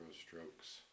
strokes